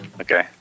Okay